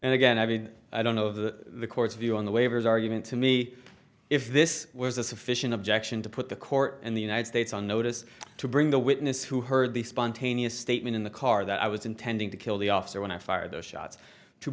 and again i mean i don't know that the court's view on the waivers argument to me if this was a sufficient objection to put the court in the united states on notice to bring the witness who heard the spontaneous statement in the car that i was intending to kill the officer when i fired those shots to